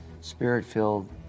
spirit-filled